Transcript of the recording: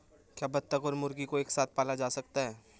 क्या बत्तख और मुर्गी को एक साथ पाला जा सकता है?